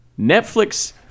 Netflix